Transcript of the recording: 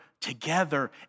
together